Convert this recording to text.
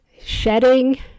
shedding